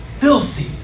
filthy